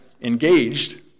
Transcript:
engaged